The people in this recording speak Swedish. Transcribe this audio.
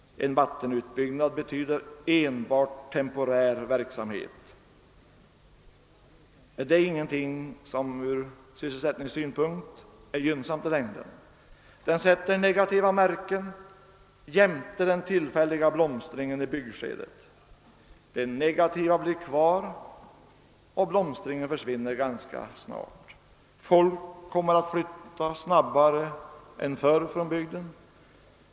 En vattenutbyggnad betyder enbart temporär verksamhet. Detta är ingenting som ur sysselsättningssynpunkt är gynnsamt i längden. Den sätter negativa märken jämte den tillfälliga blomstringen i byggskedet. Det negativa blir kvar, och blomstringen försvinner snart. Folk kommer att flytta snabbare än förr från bygden.